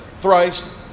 thrice